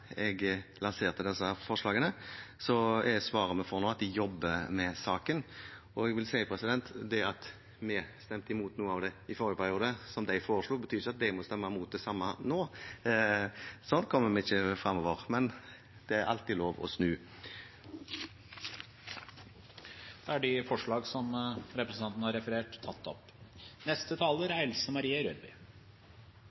jeg lanserte disse forslagene, er svaret vi får nå, at de jobber med saken. Jeg vil si: Det at vi stemte imot noe av det i forrige periode, da de foreslo, betyr ikke at de må stemme imot det samme nå. Sånn kommer vi ikke framover, men det er alltid lov å snu. Representanten Sveinung Stensland har da tatt opp